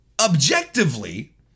objectively